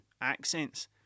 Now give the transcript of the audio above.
accents